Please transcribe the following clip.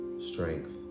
strength